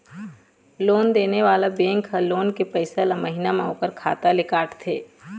loan देने वाला bank ह लोन के पइसा ल महिना म ओखर खाता ले काटथे